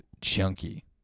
chunky